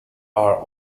are